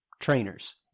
trainers